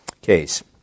case